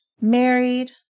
married